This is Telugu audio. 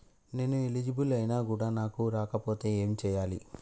నేను ఎలిజిబుల్ ఐనా కూడా నాకు రాకపోతే ఏం చేయాలి?